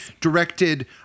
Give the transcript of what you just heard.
directed